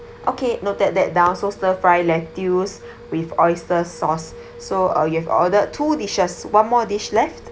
okay noted that down so stir fry lettuce with oyster sauce so uh you have ordered two dishes one more dish left